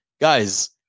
Guys